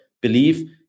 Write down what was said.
believe